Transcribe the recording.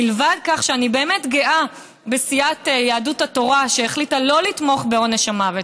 מלבד כך שאני באמת גאה בסיעת יהדות התורה שהחליטה לא לתמוך בעונש המוות,